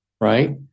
right